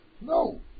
no